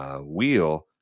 wheel